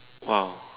!wow!